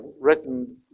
written